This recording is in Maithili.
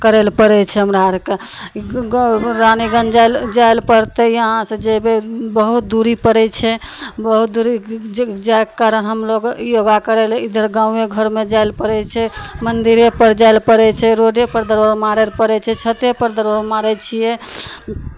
करय लेल पड़ै छै हमरा अरकेँ ग रानीगंज जाय लेल जाय लेल पड़तै यहाँसँ जयबै बहुत दूरी पड़ै छै बहुत दूरी जायके कारण हम लोग योगा करय लेल इधर गाँवए घरमे जाय लेल पड़ै छै मन्दिरोपर जाय लेल पड़ै छै रोडेपर दौड़य पड़ै छै छतेपर दौड़ै मारै छियै